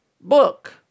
book